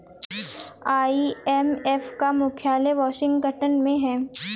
IMF का मुख्यालय Washington में है